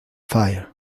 fire